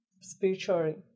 spiritually